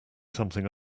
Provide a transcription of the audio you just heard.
something